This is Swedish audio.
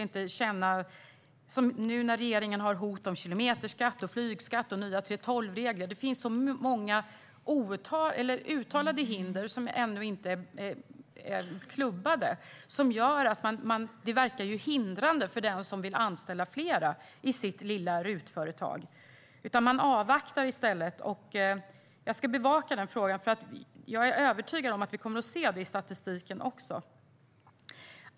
Nu när regeringen har hot om kilometerskatt, flygskatt och nya 3:12-regler finns det många uttalade hinder som ännu inte är klubbade och som verkar hindrande för den som vill anställa fler i sitt lilla RUT-företag. I stället avvaktar man. Jag ska bevaka denna fråga, för jag är övertygad om att vi kommer att se detta i statistiken.